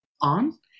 on